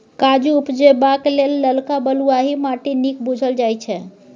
काजु उपजेबाक लेल ललका बलुआही माटि नीक बुझल जाइ छै